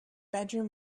bedroom